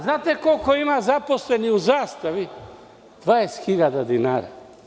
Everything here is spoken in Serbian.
Znate li koliko ima zaposleni u „Zastavi“, 20.000 dinara.